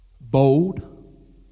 Bold